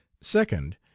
Second